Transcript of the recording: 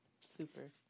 Super